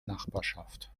nachbarschaft